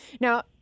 Now